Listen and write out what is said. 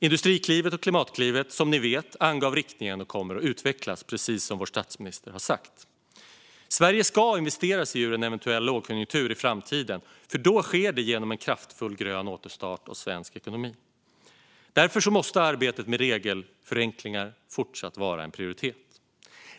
Industriklivet och Klimatklivet angav riktningen, som ni vet, och kommer att utvecklas, precis som vår statsminister har sagt. Sverige ska investera sig ur en eventuell lågkonjunktur i framtiden. Då sker det genom en kraftfull grön återstart av svensk ekonomi. Därför måste arbetet med regelförenklingar fortsatt vara en prioritet.